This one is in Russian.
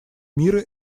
мира